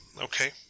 okay